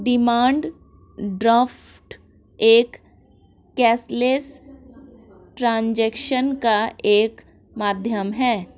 demand draft एक cashless transaction का एक माध्यम है